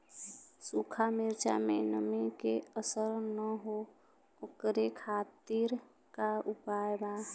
सूखा मिर्चा में नमी के असर न हो ओकरे खातीर का उपाय बा?